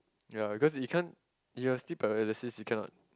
yea because it can't you are still paralysis you cannot